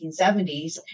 1970s